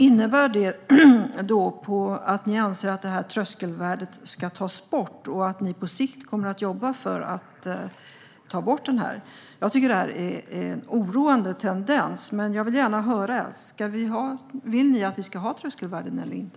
Innebär detta att ni anser att tröskelvärdet ska tas bort och att ni på sikt kommer att jobba för att ta bort tröskelvärdet? Det är en oroande tendens. Jag vill gärna höra om ni anser att det ska finnas tröskelvärden eller inte.